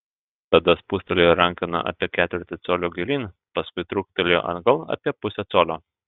tada spustelėjo rankeną apie ketvirtį colio gilyn paskui trūktelėjo atgal apie pusę colio